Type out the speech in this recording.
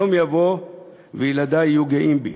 יום יבוא וילדי יהיו גאים בי".